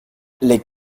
les